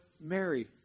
Mary